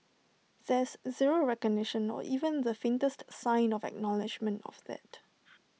there's zero recognition or even the faintest sign of acknowledgement of that